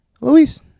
Luis